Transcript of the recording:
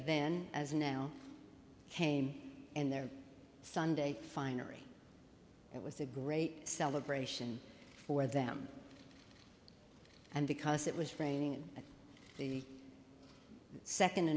then as now came in their sunday finery it was a great celebration for them and because it was raining at the second